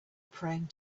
praying